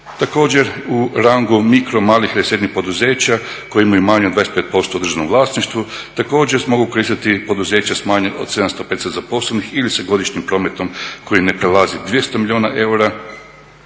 također u rangu mikro malih … poduzeća … manje od 25% u državnom vlasništvu. Također se mogu … poduzeća s manje od … zaposlenih ili sa godišnjim prometom koji ne prelazi 200 milijuna eura.